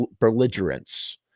belligerence